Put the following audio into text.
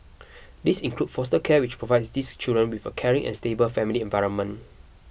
this includes foster care which provides these children with a caring and stable family environment